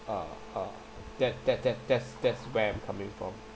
uh uh that that that that's that's where I'm coming from